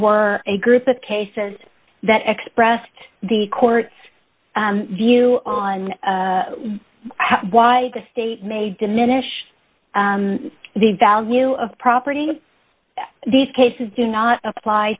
were a group of cases that expressed the court's view on why the state may diminish the value of property these cases do not apply